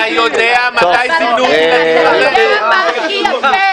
אתה יודע מה הכי יפה?